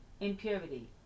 impurity